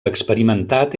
experimentat